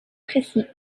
précis